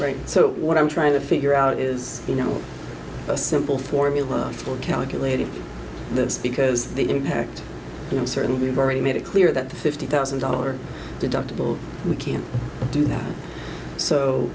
right so what i'm trying to figure out is you know a simple formula for calculating this because the impact inserted we've already made it clear that the fifty thousand dollars deductible we can't do that so